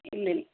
ഇല്ലില്ല